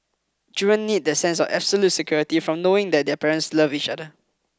children need that sense of absolute security from knowing that their parents love each other